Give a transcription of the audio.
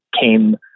came